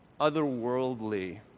otherworldly